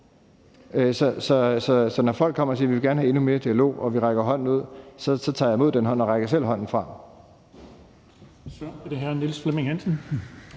Så når folk kommer og siger, at de gerne vil have endnu mere dialog og rækker hånden ud, så tager jeg imod den hånd og rækker selv hånden frem.